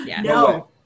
No